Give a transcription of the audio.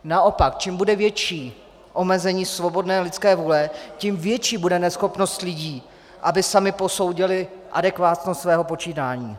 Naopak, čím bude větší omezení svobodné lidské vůle, tím větší bude neschopnost lidí, aby sami posoudili adekvátnost svého počínání.